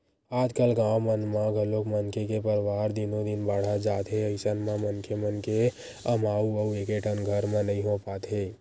आजकाल गाँव मन म घलोक मनखे के परवार दिनो दिन बाड़हत जात हे अइसन म मनखे मन के अमाउ ह एकेठन घर म नइ हो पात हे